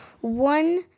One